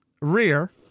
rear